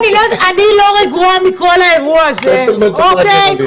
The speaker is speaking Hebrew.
אני לא רגועה מכל האירוע הזה, אוקיי?